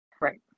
Right